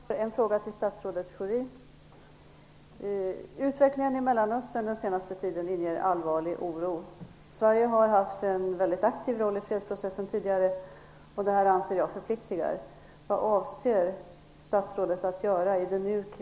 Fru talman! Jag har en fråga till statsrådet Schori. Utvecklingen i Mellanöstern den senaste tiden inger allvarlig oro. Sverige har haft en väldigt aktiv roll i fredsprocessen tidigare, och det anser jag förpliktar.